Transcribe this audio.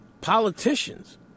politicians